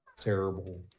Terrible